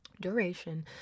duration